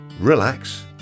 relax